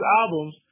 albums